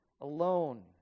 alone